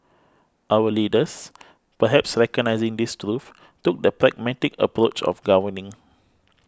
our leaders perhaps recognising this truth took the pragmatic approach of governing